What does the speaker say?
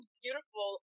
beautiful